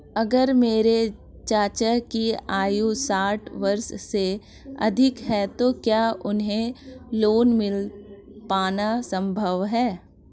अगर मेरे चाचा की आयु साठ वर्ष से अधिक है तो क्या उन्हें लोन मिल पाना संभव है?